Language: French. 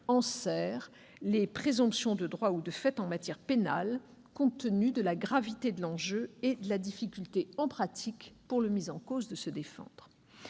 enserre les présomptions de droit ou de fait en matière pénale, compte tenu de la gravité de l'enjeu et de la difficulté pour le mis en cause de se défendre